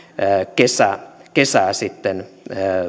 kesää kesää sitten